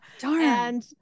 Darn